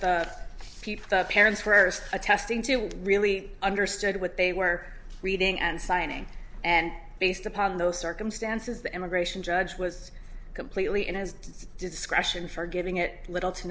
people parents first attesting to really understood what they were reading and signing and based upon those circumstances the immigration judge was completely in his discretion for giving it little to